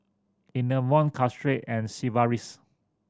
Enervon Caltrate and Sigvaris